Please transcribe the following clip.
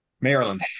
Maryland